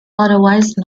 otherwise